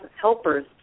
helpers